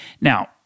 Now